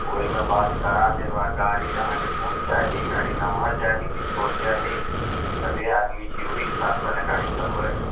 ओहिमे बात करा देब आ गाड़ी अहाँकेँ कोन चाही गाड़ी नम्हर चाही की छोट चाही कतेक आदमी छी ओहि हिसाबसँ ने गाड़ी कहबै